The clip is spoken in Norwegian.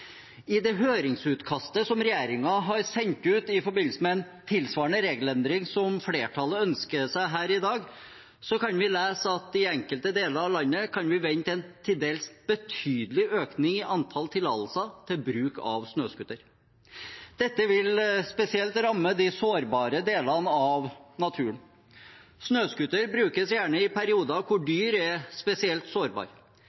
I det høringsutkastet som regjeringen har sendt ut i forbindelse med en tilsvarende regelendring som flertallet ønsker seg her i dag, kan vi lese at i enkelte deler av landet kan vi vente en til dels betydelig økning i antall tillatelser til bruk av snøscooter. Dette vil spesielt ramme de sårbare delene av naturen. Snøscooter brukes gjerne i perioder hvor